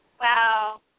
Wow